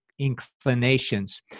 inclinations